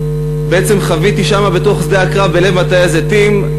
בעצם חוויתי שם, בתוך שדה הקרב, בלב מטעי הזיתים.